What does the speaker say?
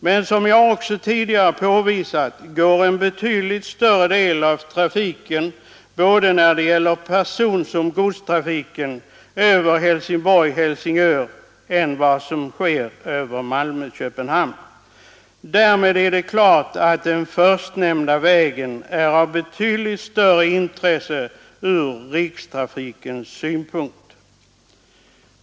Men som jag också tidigare påvisat går en betydligt större del av både personoch godstrafiken över Helsingborg—-Helsingör än över Malmö—Köpenhamn. Därmed är det klart att den förstnämnda vägen är av betydligt större intresse från rikstrafikens synpunkt.